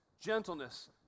gentleness